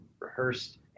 rehearsed